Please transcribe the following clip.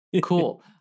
Cool